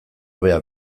hobea